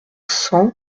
cent